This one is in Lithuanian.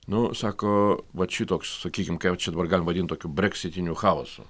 nu sako vat šitoks sakykim ką čia vat dabar galima vadint tokiu breksitiniu chaosu